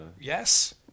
Yes